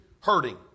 hurting